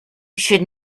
should